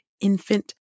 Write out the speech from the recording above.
infant